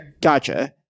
Gotcha